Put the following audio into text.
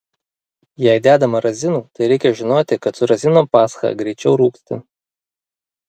jei dedama razinų tai reikia žinoti kad su razinom pascha greičiau rūgsta